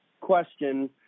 question